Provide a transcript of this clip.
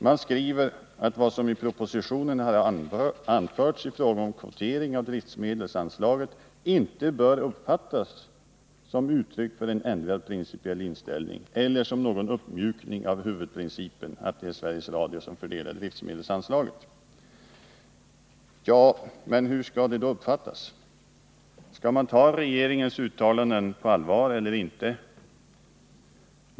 Man skriver att vad som i propositionen har anförts i fråga om kvotering av driftmedelsanslaget inte bör uppfattas som uttryck för en ändrad principiell inställning eller som någon uppmjukning av huvudprincipen att det är Sveriges Radio som fördelar driftmedelsanslaget. Ja, men hur skall det då uppfattas? Skall man ta regeringens uttalanden på allvar eller inte?